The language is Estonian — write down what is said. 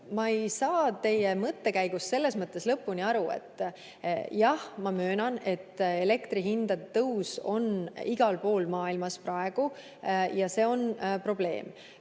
Ma ei saa teie mõttekäigust selles mõttes lõpuni aru. Jah, ma möönan, et elektrihindade tõus on praegu igal pool maailmas ja see on probleem.